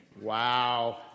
Wow